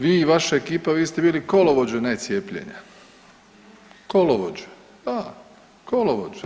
Vi i vaša ekipa vi ste bili kolovođe ne cijepljenja, kolovođe, da kolovođe.